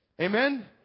Amen